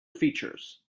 features